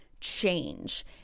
change